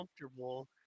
Comfortable